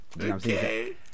Okay